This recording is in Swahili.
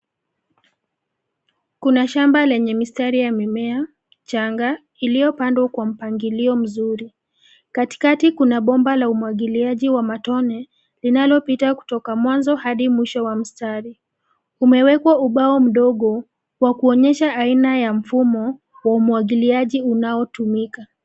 Kuna shamba lenye mistari ya mimea changa, iliyopandwa kwa mpangilio mzuri. Katikati kuna bomba la umwagiliaji wa matone linalopita kutoka mwanzo hadi mwisho wa mstari. Umewekwa ubao mdogo wa kuonyesha aina ya mfumo wa umwagiliaji unaotumika.